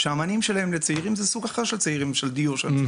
שהמענים לצעירים זה סוג אחר של דיור שהם צריכים.